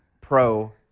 pro